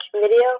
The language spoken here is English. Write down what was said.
video